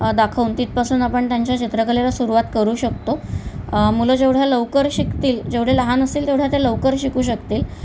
दाखवून तिथपासून आपण त्यांच्या चित्रकलेला सुरुवात करू शकतो मुलं जेवढ्या लवकर शिकतील जेवढे लहान असतील तेवढ्या ते लवकर शिकू शकतील